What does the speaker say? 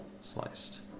sliced